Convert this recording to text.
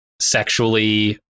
sexually